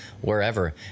wherever